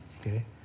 Okay